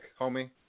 homie